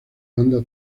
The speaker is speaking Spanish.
banda